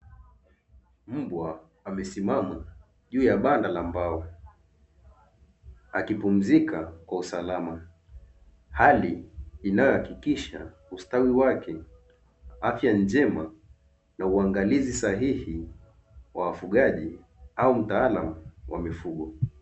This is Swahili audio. Mbwa amesimama juu ya banda la mbao akipumzika kwa usalama, hali inayohakikisha ustawi wake, afya njema na uangalizi sahihi wa wafugaji au mtaalamu wa mifugo.